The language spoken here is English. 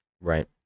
Right